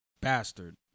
bastard